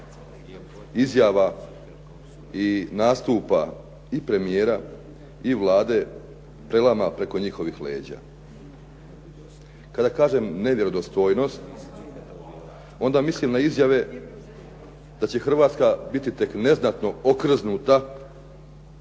izjava i nastupa i premijera i Vlade prelama preko njihovih leđa. Kada kažem nevjerodostojnost, onda mislim na izjave da će Hrvatska biti tek neznatno okrznuta